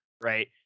right